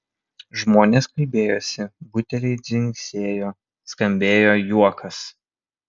žmonės kalbėjosi buteliai dzingsėjo skambėjo juokas